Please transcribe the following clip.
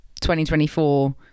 2024